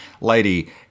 lady